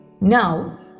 now